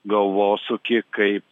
galvosūkį kaip